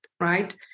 right